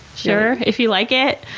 sure, if you like it.